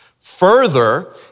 Further